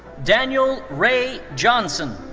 daniel ray johnson.